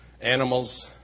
animals